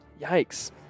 Yikes